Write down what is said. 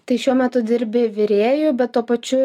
tai šiuo metu dirbi virėju bet tuo pačiu